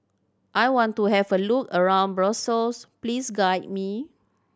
I want to have a look around Brussels please guide me